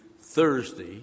Thursday